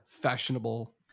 Fashionable